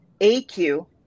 AQ